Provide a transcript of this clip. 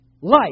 light